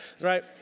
right